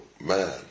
man